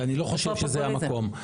ואני לא חושב שזה המקום.